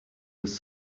was